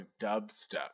dubstep